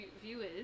viewers